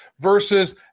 versus